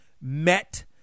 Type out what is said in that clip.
met